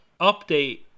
update